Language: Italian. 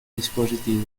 dispositivo